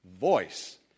voice